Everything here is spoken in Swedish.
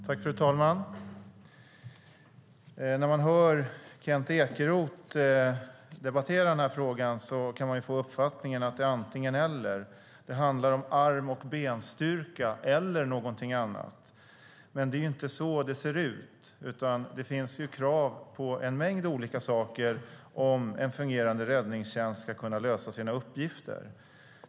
Fru talman! När man hör Kent Ekeroth debattera den här frågan kan man få uppfattningen att det är antingen eller. Det handlar om arm och benstyrka eller någonting annat. Men det är inte så det ser ut. Det finns ju krav på en mängd olika saker om en fungerande räddningstjänst ska kunna lösa sina uppgifter.